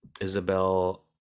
Isabel